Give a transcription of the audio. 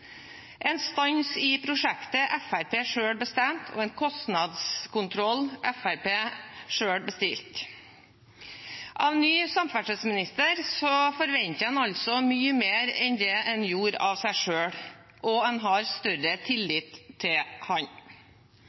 en stans i prosjektet Fremskrittspartiet selv bestemte, og en kostnadskontroll Fremskrittspartiet selv bestilte. Av ny samferdselsminister forventer en altså mye mer enn det en gjorde av seg selv, og en har større tillit til